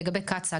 לגבי קצא"א,